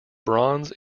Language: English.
bronze